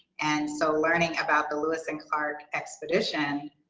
and so learning about the lewis and clark expedition,